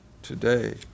today